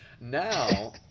Now